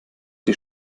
die